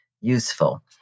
useful